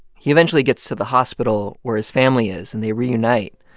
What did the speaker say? he eventually gets to the hospital where his family is, and they reunite.